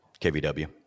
kVW